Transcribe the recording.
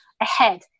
ahead